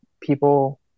people